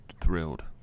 Thrilled